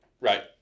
Right